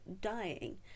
dying